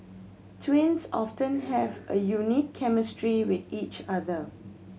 twins often have a unique chemistry with each other